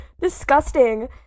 disgusting